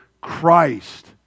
Christ